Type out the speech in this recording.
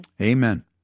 Amen